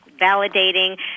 validating